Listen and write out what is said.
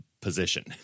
position